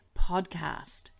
podcast